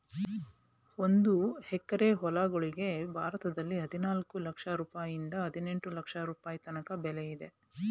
ಒಂದು ಎಕರೆ ಹೊಲಗಳಿಗೆ ಭಾರತದಲ್ಲಿ ಹದಿನಾಲ್ಕು ಲಕ್ಷ ರುಪಾಯಿಯಿಂದ ಹದಿನೆಂಟು ಲಕ್ಷ ರುಪಾಯಿ ತನಕ ಬೆಲೆ ಇದೆ